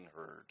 heard